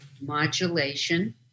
modulation